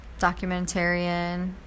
documentarian